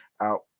out